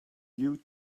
you